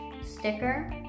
sticker